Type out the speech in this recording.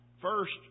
first